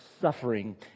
suffering